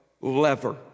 lever